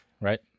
Right